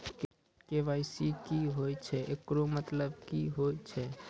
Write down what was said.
KYC की होय छै, एकरो मतलब की होय छै?